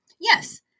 Yes